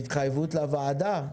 התחייבות לוועדה?